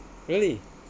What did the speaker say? really